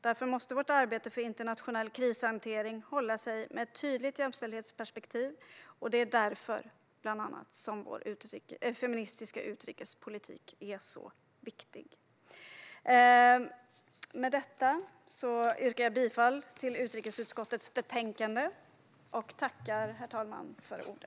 Därför måste vårt arbete för internationell krishantering ha ett tydligt jämställdhetsperspektiv. Det är bland annat därför vår feministiska utrikespolitik är så viktig. Med detta yrkar jag bifall till förslaget i utrikesutskottets betänkande.